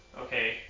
Okay